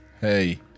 Hey